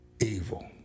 evil